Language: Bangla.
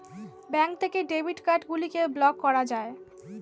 ব্যাঙ্ক থেকে ডেবিট কার্ড গুলিকে ব্লক করা যায়